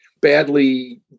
badly